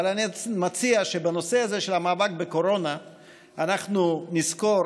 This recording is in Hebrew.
אבל אני מציע שבנושא הזה של המאבק בקורונה אנחנו נזכור